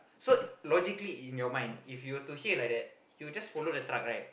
so logically in your mind if you to hear like that you will just follow the truck right